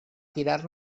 tirar